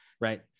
right